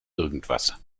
irgendwas